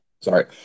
Sorry